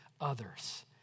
others